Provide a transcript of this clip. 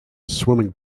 swimming